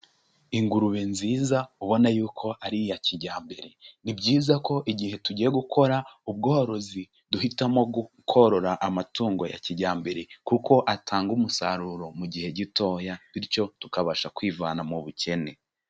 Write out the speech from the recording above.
Ingurube nziza ubona yuko ari iya kijyambere, ni byiza ko igihe tugiye gukora ubworozi duhitamo korora amatungo ya kijyambere kuko atanga umusaruro mu gihe gitoya, bityo tukabasha kwivana mu bukene.